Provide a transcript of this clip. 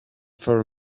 for